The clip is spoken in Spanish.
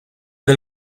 del